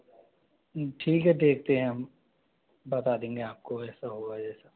ठीक है देखते हैं हम बता देंगे आपको ऐसा हुआ जैसा